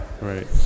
Right